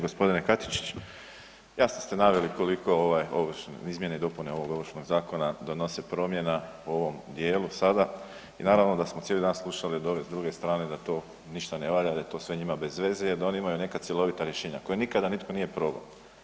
G. Katičić, jasno ste naveli koliko ove izmjene i dopune Ovršnog zakona donose promjena u ovom djelu sada, i naravno da smo cijeli dan slušali od ovih s druge strane da to ništa ne valja, da je to sve njima bezveze jer da oni imaju neka cjelovita rješenja koja nikada nitko nije probao.